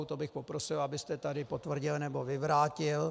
To bych poprosil, abyste tady potvrdil, nebo vyvrátil.